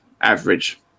average